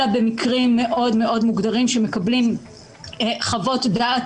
אלא במקרים מוגדרים מאוד שמקבלים חוות דעת